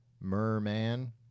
merman